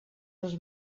els